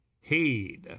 heed